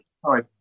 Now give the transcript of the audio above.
sorry